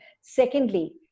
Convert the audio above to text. Secondly